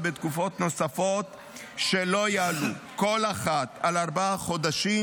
בתקופות נוספות שלא יעלו כל אחת על ארבעה חודשים,